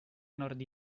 nord